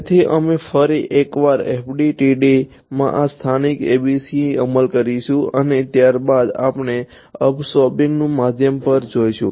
તેથી અમે ફરી એકવાર FDTD માં આ સ્થાનિક ABCs અમલ કરીશું અને ત્યાર બાદ આપણે અબ્સોર્બિંગ માધ્યમ પર જઈશું